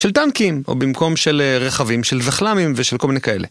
של טנקים, או במקום של רכבים, של וחלמים ושל כל מיני כאלה.